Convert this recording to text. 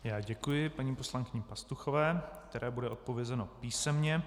Já děkuji paní poslankyni Pastuchové, které bude odpovězeno písemně.